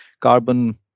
carbon